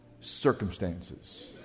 circumstances